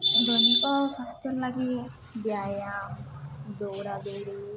ଦୈନିକ ସ୍ୱାସ୍ଥ୍ୟର ଲାଗି ବ୍ୟାୟାମ ଦୌଡ଼ାଦୌଡ଼ି